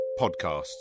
podcasts